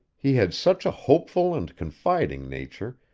he had such a hopeful and confiding nature,